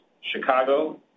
Chicago